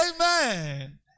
Amen